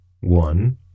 One